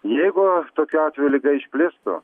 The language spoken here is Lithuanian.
jeigu tokiu atveju liga išplistų